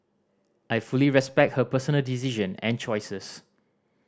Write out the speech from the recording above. I fully respect her personal decision and choices